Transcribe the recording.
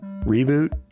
Reboot